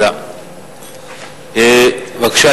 בבקשה,